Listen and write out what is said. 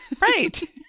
Right